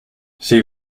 she